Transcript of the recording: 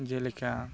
ᱡᱮᱞᱮᱠᱟ